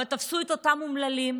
אבל תפסו את אותם אומללים,